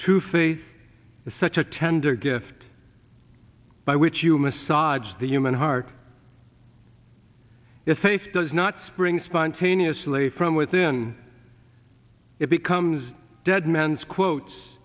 to face such a tender gift by which you massage the human heart is safe does not spring spontaneously from within it becomes a dead man's quotes